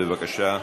בבקשה.